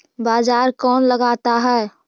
बाजार कौन लगाता है?